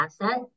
asset